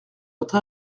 notre